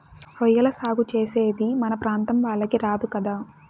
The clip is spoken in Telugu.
రొయ్యల సాగు చేసేది మన ప్రాంతం వాళ్లకి రాదు కదా